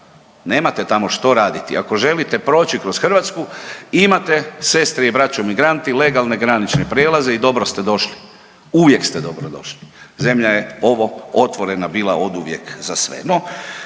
Nemate tamo što raditi. Ako želite proći kroz Hrvatsku imate sestre i braćo migranti legalne granične prijelaze i dobro ste došli, uvijek ste dobro došli. Zemlja je ovo otvorena bila oduvijek za sve.